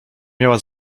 miała